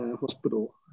hospital